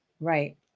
Right